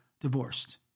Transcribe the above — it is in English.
divorced